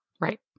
Right